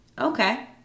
Okay